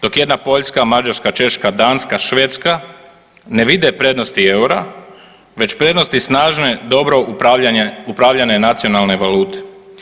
Dok jedna Poljska, Mađarska, Češka, Danska, Švedska ne vide prednosti EUR-a već prednosti snažne dobro upravljane nacionalne valute.